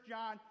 John